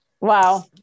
Wow